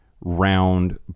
round